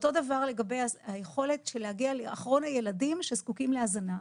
אותו דבר לגבי היכולת להגיע לאחרון הילדים שזקוקים להזנה.